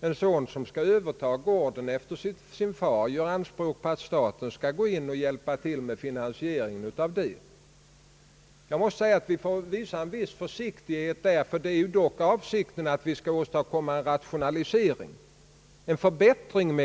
När en son som skall överta gården efter sin far gör anspråk på att staten skall hjälpa till, vill jag säga att vi måste visa en viss försiktighet. Det är ju dock avsikten med dessa åtgärder att vi skall åstadkomma en rationalisering, en förbättring.